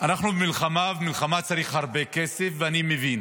אנחנו במלחמה, ולמלחמה צריך הרבה כסף, ואני מבין